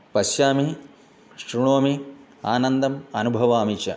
पश्यामि शृणोमि आनन्दम् अनुभवामि च